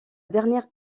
dernière